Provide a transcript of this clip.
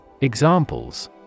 Examples